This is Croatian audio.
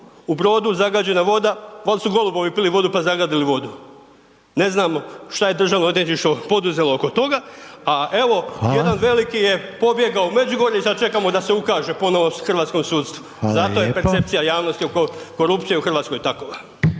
U Brodu zagađena voda, valjda su golubovi pili vodu pa zagadili vodu. Ne znam što je državno odvjetništvo poduzelo oko toga. A evo jedan veliki je pobjegao u Međugorje i sada čekamo da se ukaže ponovo u hrvatskom sudstvu, zato je percepcija javnosti oko korupcije u Hrvatskoj takova.